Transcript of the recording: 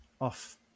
off